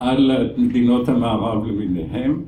על מדינות המערב למיניהן